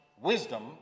wisdom